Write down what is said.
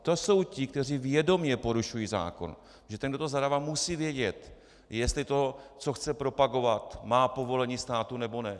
To jsou ti, kteří vědomě porušují zákon, protože ten, kdo to zadává, musí vědět, jestli to, co chce propagovat, má povolení státu, nebo ne.